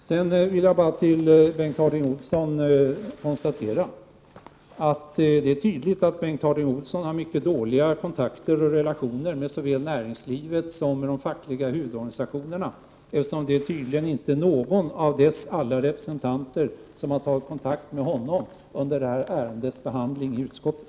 Så vill jag bara konstatera att det är uppenbart att Bengt Harding Olson har mycket dåliga relationer med såväl näringslivet som de fackliga huvudorganisationerna, eftersom tydligen inte någon av deras alla representanter har tagit kontakt med honom under det här ärendets behandling i utskottet.